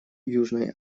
южной